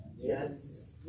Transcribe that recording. Yes